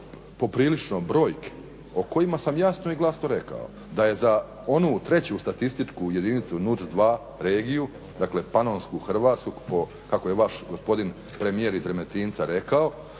poprilično brojke o kojima sam jasno i glasno rekao. Da je za onu treću statističku jedinicu NUTZ 2 regiju dakle Panonsku Hrvatsku kako je vaš gospodin premijer iz Remetinca rekao